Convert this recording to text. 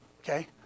Okay